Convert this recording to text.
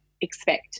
Expect